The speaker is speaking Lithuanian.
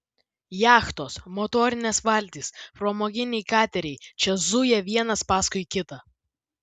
jachtos motorinės valtys pramoginiai kateriai čia zuja vienas paskui kitą